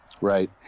right